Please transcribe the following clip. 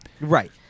right